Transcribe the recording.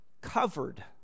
Covered